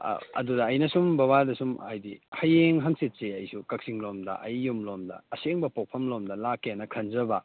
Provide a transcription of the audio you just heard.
ꯑꯗꯨꯗ ꯑꯩꯅ ꯁꯨꯝ ꯕꯕꯥꯗ ꯁꯨꯝ ꯍꯥꯏꯗꯤ ꯍꯌꯦꯡ ꯍꯪꯆꯤꯠꯁꯤ ꯑꯩꯁꯨ ꯀꯛꯆꯤꯡ ꯂꯣꯝꯗ ꯑꯩ ꯌꯨꯝ ꯂꯣꯝꯗ ꯑꯁꯦꯡꯕ ꯄꯣꯛꯐꯝ ꯂꯣꯝꯗ ꯂꯥꯛꯀꯦꯅ ꯈꯟꯖꯕ